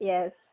Yes